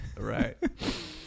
Right